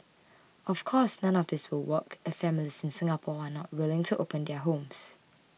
of course none of this will work if families in Singapore are not willing to open their homes